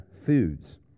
foods